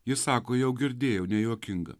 ji sako jau girdėjau nejuokinga